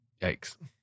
Yikes